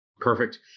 Perfect